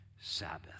Sabbath